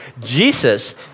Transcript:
Jesus